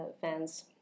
fans